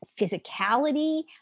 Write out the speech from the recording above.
physicality